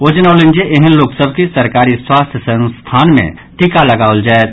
ओ जनौलनि जे एहेन लोक सभ के सरकारी स्वास्थ्य संस्थान मे टीका लगाओल जायत